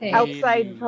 outside